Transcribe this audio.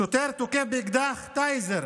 שוטר תוקף באקדח טייזר